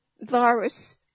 virus